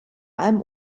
allem